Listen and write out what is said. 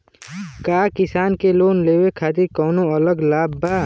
का किसान के लोन लेवे खातिर कौनो अलग लाभ बा?